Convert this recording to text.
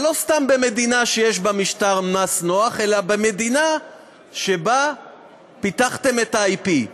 אבל לא סתם במדינה שיש בה משטר מס נוח אלא במדינה שבה פתחתם את ה-IP,